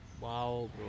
Wow